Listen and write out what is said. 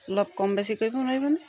অলপ কম বেছি কৰিব নোৱাৰিবনে